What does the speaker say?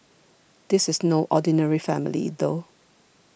this is no ordinary family though